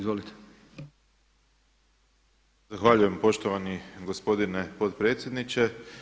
Zahvaljujem poštovani gospodine potpredsjedniče.